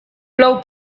plou